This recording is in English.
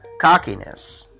cockiness